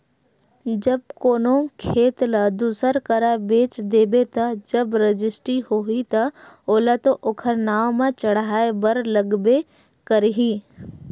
जब कोनो खेत ल दूसर करा बेच देबे ता जब रजिस्टी होही ता ओला तो ओखर नांव म चड़हाय बर लगबे करही